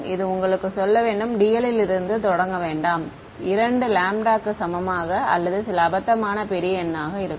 இது உங்களுக்குச் சொல்ல வேண்டும் dl இலிருந்து தொடங்க வேண்டாம் இரண்டு λ க்கு சமமாக அல்லது சில அபத்தமான பெரிய எண் ஆக இருக்கும்